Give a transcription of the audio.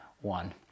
one